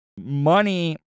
money